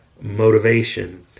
motivation